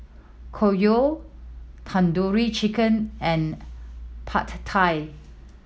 Okayu Tandoori Chicken and Pad Thai